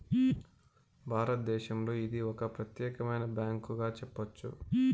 భారతదేశంలో ఇది ఒక ప్రత్యేకమైన బ్యాంకుగా చెప్పొచ్చు